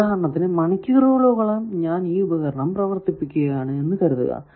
ഉദാഹരണത്തിനു മണിക്കൂറുകളോളം ഞാൻ ഈ ഉപകരണം പ്രവർത്തിപ്പിക്കുകയാണ് എന്ന് കരുതുക